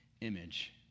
image